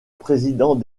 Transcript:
président